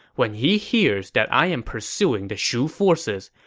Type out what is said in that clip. when he hears that i am pursuing the shu forces,